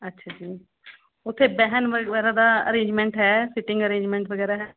ਅੱਛਾ ਜੀ ਉੱਥੇ ਬਹਿਣ ਵਗੈਰਾ ਦਾ ਅਰੇਂਜਮੈਂਟ ਹੈ ਸਿਟਿੰਗ ਅਰੇਂਜਮੈਂਟ ਵਗੈਰਾ ਹੈ